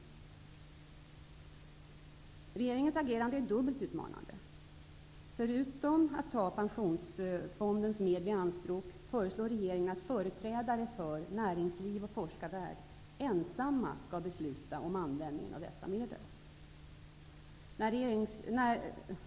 Regeringens agerande är dubbelt utmanande. Förutom att ta pensionsfondens medel i anspråk föreslår regeringen att företrädare för näringsliv och forskarvärld ensamma skall besluta om användningen av dessa medel.